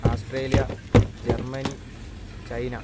Australia Germany China